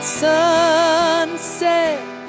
sunset